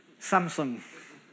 Samsung